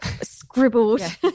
scribbled